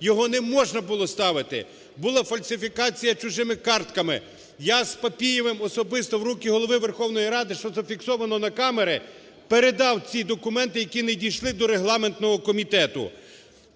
Його не можна було ставити. Була фальсифікація чужими картками. Я з Папієвим особисто в руки Голови Верховної Ради, що зафіксовано на камери, передав ці документи, які не дійшли до Регламентного комітету.